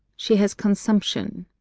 she has consumption.